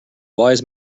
wise